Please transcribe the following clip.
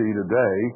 today